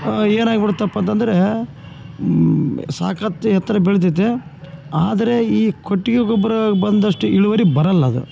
ಏನಾಗಿಬಿಡ್ತಪ್ಪಾ ಅಂತಂದರೆ ಸಾಕತ್ತು ಎತ್ತರ ಬೆಳೆದಿದ್ದೆ ಆದರೆ ಈ ಕೊಟ್ಟಿಗೆ ಗೊಬ್ಬರ ಬಂದಷ್ಟು ಇಳುವರಿ ಬರೊಲ್ಲ ಅದು